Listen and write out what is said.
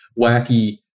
wacky